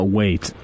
wait